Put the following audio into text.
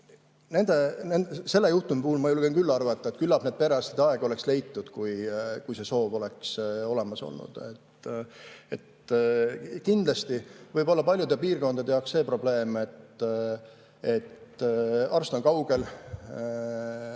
Selle juhtumi puhul ma julgen küll arvata, et küllap aeg perearsti juurde oleks leitud, kui see soov oleks olemas olnud. Kindlasti võib olla paljude piirkondade jaoks see probleem, et arst on kaugel,